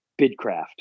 Bidcraft